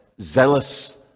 zealous